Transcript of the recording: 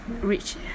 Reach